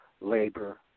labor